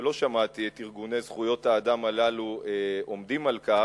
ולא שמעתי את ארגוני זכויות האדם הללו עומדים על כך,